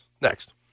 next